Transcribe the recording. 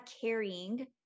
carrying